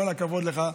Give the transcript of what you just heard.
כל הכבוד לך.